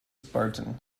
spartan